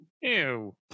Ew